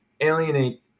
alienate